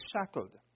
shackled